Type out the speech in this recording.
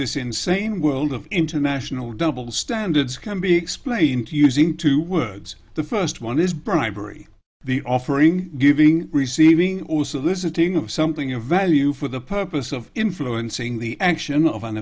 this insane world of international double standards can be explained using two words the first one is bribery the offering giving receiving also this a thing of something of value for the purpose of influencing the action of an